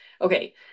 Okay